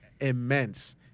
immense